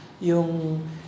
yung